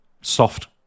Soft